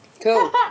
Cool